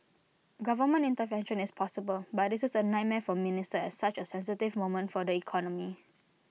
government intervention is possible but this is A nightmare for ministers at such A sensitive moment for the economy